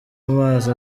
amazi